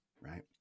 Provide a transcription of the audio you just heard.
right